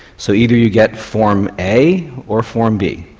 so either you get form a or form b.